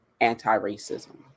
anti-racism